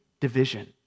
division